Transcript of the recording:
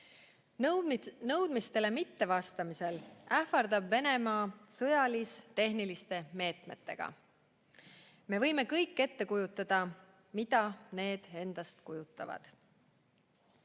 Nõudmistele mittevastamisel ähvardab Venemaa sõjalis-tehniliste meetmetega. Me võime kõik ette kujutada, mida need endast kujutavad.